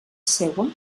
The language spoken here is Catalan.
seua